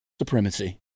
supremacy